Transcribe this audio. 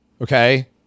okay